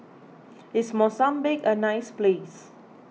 is Mozambique a nice place